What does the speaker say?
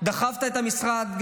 דחפת את המשרד,